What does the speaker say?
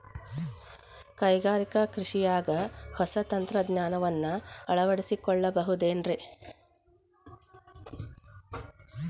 ಕೈಗಾರಿಕಾ ಕೃಷಿಯಾಗ ಹೊಸ ತಂತ್ರಜ್ಞಾನವನ್ನ ಅಳವಡಿಸಿಕೊಳ್ಳಬಹುದೇನ್ರೇ?